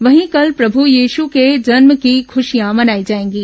वहीं कल प्रभू यीशु के जन्म की खुशियां मनाई जाएंगी